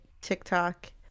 TikTok